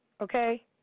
okay